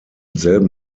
selben